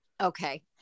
Okay